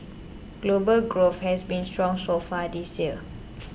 global growth has been strong so far this year